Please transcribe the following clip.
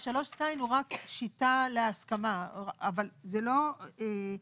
3(ז) הוא רק שיטה להסכמה, אבל זה לא משנה.